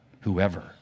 whoever